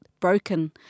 broken